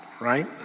right